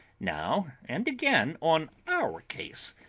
now and again on our case.